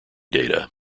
data